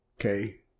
Okay